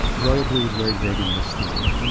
royal blue was very big in this time, yeah